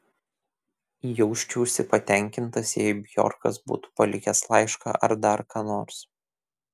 jausčiausi patenkintas jei bjorkas būtų palikęs laišką ar dar ką nors